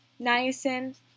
niacin